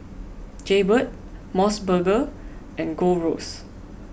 Jaybird Mos Burger and Gold Roast